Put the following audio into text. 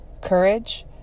courage